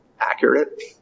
accurate